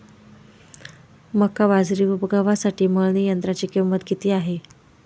मका, बाजरी व गव्हासाठी मळणी यंत्राची किंमत किती आहे?